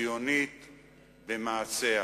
ציונית במעשיה.